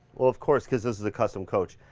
well of course, cause this is a custom coach.